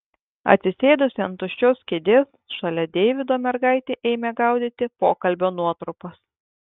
atsisėdusi ant tuščios kėdės šalia deivido mergaitė ėmė gaudyti pokalbio nuotrupas